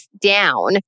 down